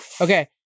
Okay